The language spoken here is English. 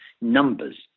numbers